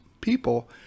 people